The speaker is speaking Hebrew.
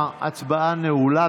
ההצבעה נעולה.